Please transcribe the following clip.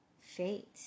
fate